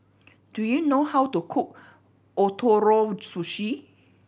do you know how to cook Ootoro Sushi